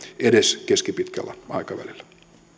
edes keskipitkällä aikavälillä